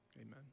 amen